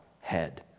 head